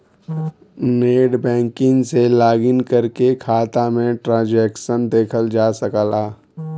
net banking से login करके खाता में ट्रांसैक्शन देखल जा सकला